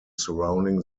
surrounding